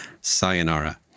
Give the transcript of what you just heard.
sayonara